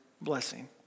blessing